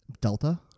Delta